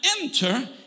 enter